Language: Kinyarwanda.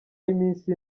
y’iminsi